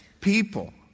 People